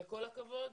כל הכבוד.